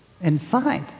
inside